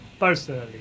personally